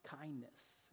kindness